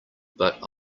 but